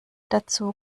dazu